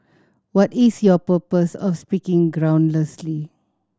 what is your purpose of speaking groundlessly